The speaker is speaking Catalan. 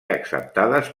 acceptades